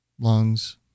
lungs